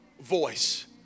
voice